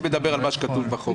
אני מדבר על מה שכתוב בהצעת החוק.